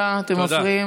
תעופה.